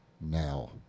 now